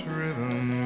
rhythm